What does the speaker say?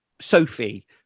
Sophie